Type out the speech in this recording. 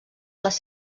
les